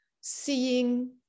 seeing